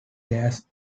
gas